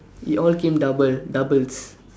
it all came double doubles